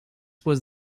was